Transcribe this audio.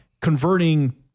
converting